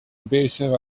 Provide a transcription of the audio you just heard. abusive